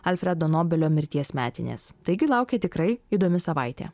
alfredo nobelio mirties metinės taigi laukia tikrai įdomi savaitė